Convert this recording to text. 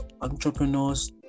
entrepreneurs